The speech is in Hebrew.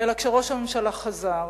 אלא כשראש הממשלה חזר